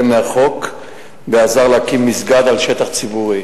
מהחוק ועזר להקים מסגד על שטח ציבורי.